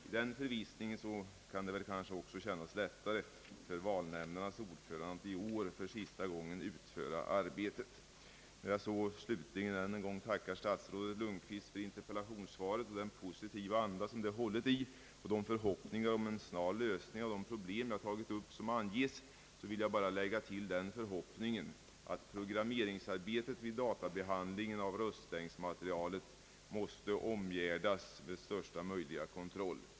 I den förvissningen kan det kanske kännas lättare för valnämndsordförandena att i år för sista gången utföra arbetet. När jag så slutligen än en gång tackar statsrådet Lundkvist för interpella tionssvaret och den positiva anda det är hållet i samt de förhoppningar om en snar lösning av de angivna problemen som det inger, vill jag bara tilllägga den förhoppningen att programmeringsarbetet vid databehandlingen av röstlängdsmaterialet måtte omgärdas med största möjliga kontroll.